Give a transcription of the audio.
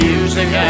Music